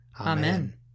Amen